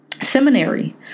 Seminary